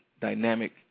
dynamic